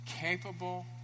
capable